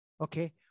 okay